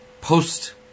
post